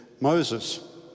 Moses